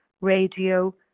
radio